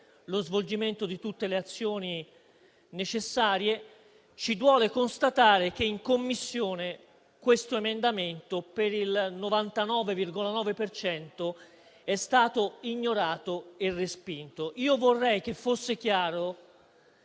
lo svolgimento di tutte le azioni necessarie. Ci duole constatare che in Commissione questo emendamento è stato quasi completamente ignorato e respinto. Io vorrei che fosse chiaro